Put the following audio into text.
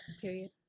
Period